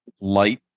light